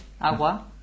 Agua